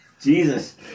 Jesus